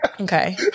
okay